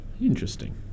Interesting